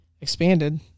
expanded